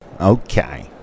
Okay